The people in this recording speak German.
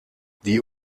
die